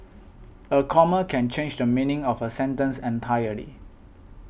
a comma can change the meaning of a sentence entirely